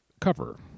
cover